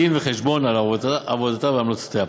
דין-וחשבון על עבודתה והמלצותיה.